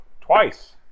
Twice